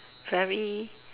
very